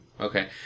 Okay